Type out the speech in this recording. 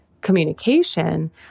communication